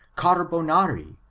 carbonari,